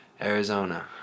Arizona